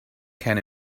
can